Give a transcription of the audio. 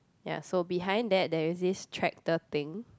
ya so behind that there is this tractor thing